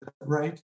Right